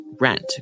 rent